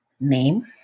name